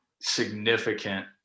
significant